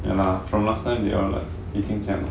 ya lah from last time they are like 已经这样